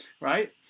right